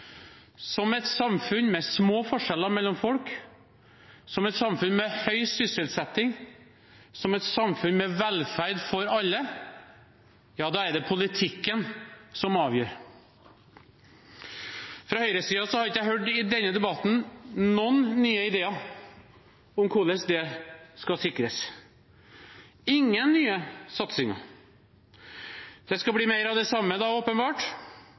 som et samfunn med små forskjeller mellom folk, høy sysselsetting og velferd for alle, er det politikken som avgjør. Fra høyresiden har jeg i denne debatten ikke hørt noen nye ideer om hvordan det skal sikres – ingen nye satsinger. Det skal bli mer av det samme da, åpenbart: